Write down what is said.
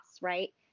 right